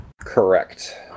Correct